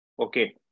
okay